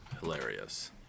hilarious